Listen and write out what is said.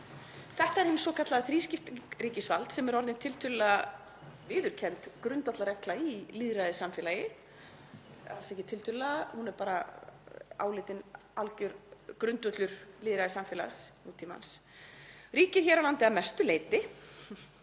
Þetta er hin svokallaða þrískipting ríkisvalds sem er orðin tiltölulega viðurkennd grundvallarregla í lýðræðissamfélagi — alls ekki tiltölulega, hún er bara álitin alger grundvöllur lýðræðissamfélags nútímans, ríkir hér á landi að mestu leyti,